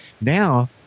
Now